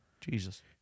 Jesus